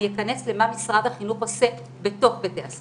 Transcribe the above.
אכנס לשאלה מה משרד החינוך עושה בתוך בתי הספר.